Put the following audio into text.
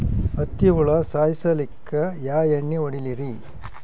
ಹತ್ತಿ ಹುಳ ಸಾಯ್ಸಲ್ಲಿಕ್ಕಿ ಯಾ ಎಣ್ಣಿ ಹೊಡಿಲಿರಿ?